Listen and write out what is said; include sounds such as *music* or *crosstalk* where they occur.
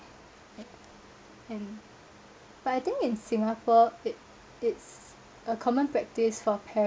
*noise* and but I think in singapore it it's a common practice for parents